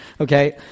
okay